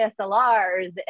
DSLRs